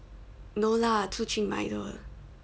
no lah 出去买的